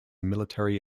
military